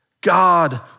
God